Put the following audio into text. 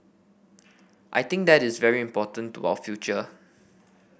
I think that is very important to our future